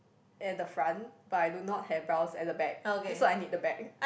at the front but I do not have brows at the back so I need the back